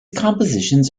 compositions